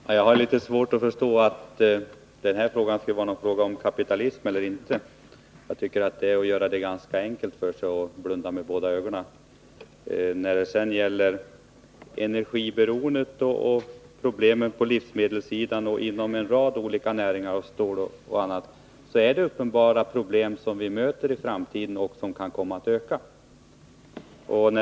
Herr talman! Jag har litet svårt att förstå att detta skulle vara en fråga om kapitalism eller inte. Att påstå det är att göra det ganska enkelt för sig och blunda med båda ögonen. När det gäller energiberoendet och problemen på livsmedelssidan och inom en rad olika näringar, t.ex. stål, kommer vi att möta uppenbara problem i framtiden, och de kan komma att öka.